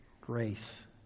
grace